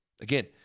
Again